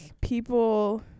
people